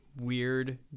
weird